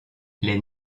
les